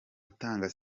gutanga